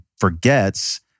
forgets